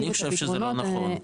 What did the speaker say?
אני חושב שזה לא נכון,